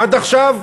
עד עכשיו,